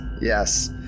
yes